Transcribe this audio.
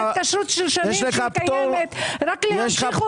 רק להמשיך אותה.